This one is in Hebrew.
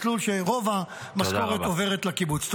מסלול שרוב המשכורת עוברת לקיבוץ.